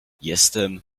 jestem